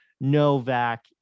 Novak